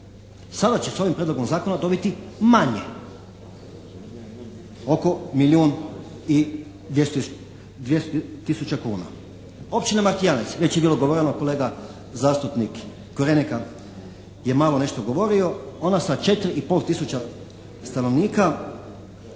Sada će sa ovim prijedlogom zakona dobiti manje oko milijun i 200 tisuća kuna. Općina Martijanec, već je bilo govoreno, kolega zastupnik Korenika je malo nešto govorio. Ona sa 4,5 tisuće stanovnika